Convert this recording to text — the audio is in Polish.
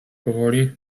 powoli